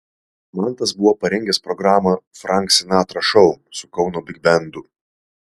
mantas buvo parengęs programą frank sinatra šou su kauno bigbendu